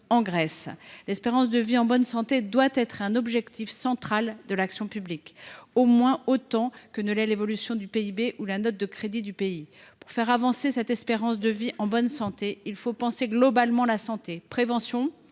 en Grèce. L’espérance de vie en bonne santé doit être un objectif central de l’action publique, au moins autant que l’évolution du PIB ou la note de crédit du pays. Pour faire progresser l’espérance de vie en bonne santé, il faut penser globalement la santé : prévention,